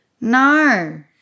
No